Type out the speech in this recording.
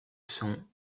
son